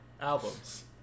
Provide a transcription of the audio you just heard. albums